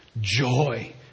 joy